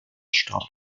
start